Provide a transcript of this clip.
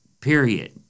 Period